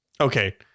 Okay